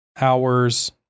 hours